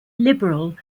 liberal